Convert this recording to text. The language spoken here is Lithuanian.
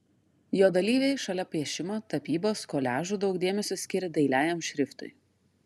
jo dalyviai šalia piešimo tapybos koliažų daug dėmesio skiria dailiajam šriftui